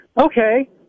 Okay